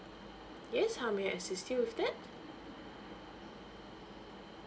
yes how may I assist you with that